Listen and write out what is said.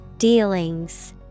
Dealings